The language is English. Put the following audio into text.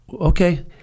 okay